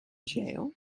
jail